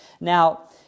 Now